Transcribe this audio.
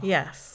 Yes